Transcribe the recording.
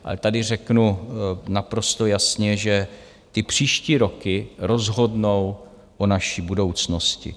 Ale tady řeknu naprosto jasně, že ty příští roky rozhodnou o naší budoucnosti.